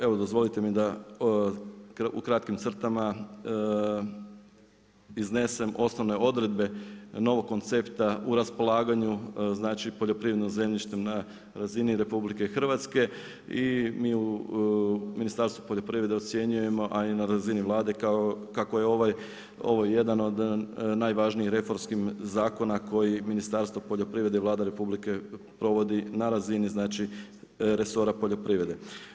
Evo dozvolite mi da u kratkim crtama iznesem osnovne odredbe novog koncepta u raspolaganju poljoprivrednim zemljištem na razini RH i mi u Ministarstvu poljoprivrede ocjenjujemo, a i na razini Vlade kako je ovo jedan od najvažnijih reformskih zakona koji Ministarstvo poljoprivrede i Vlada RH provodi na razini resora poljoprivrede.